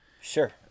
Sure